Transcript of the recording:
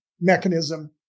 mechanism